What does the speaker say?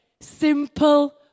simple